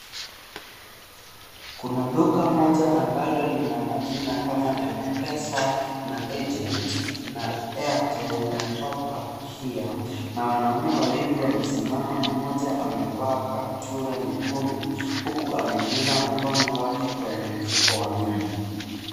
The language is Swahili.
Kuna duka moja ambalo lina majina kama MPESA na AGENT na AIRTEL na Topup here. na wanaume wawili wamesimama mmoja amevaa kaptura nyekundu huku ameingiza mkono wake kwenye mfuko wa nyuma